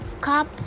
cup